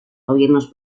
gobiernos